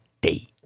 day